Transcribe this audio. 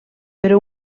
però